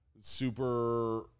Super